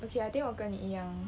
okay I think 我跟你一样